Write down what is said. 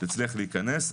זה הצליח להיכנס.